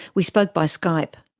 we spoke by skype.